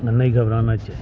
نہیں گھبرانا چاہیے